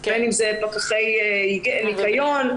פקחי ניקיון,